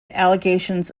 allegations